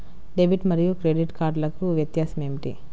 Debit మరియు credit కార్డ్లకు వ్యత్యాసమేమిటీ?